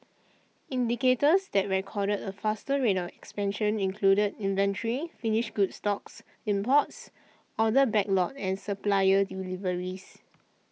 indicators that recorded a faster rate of expansion included inventory finished goods stocks imports order backlog and supplier deliveries